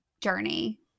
journey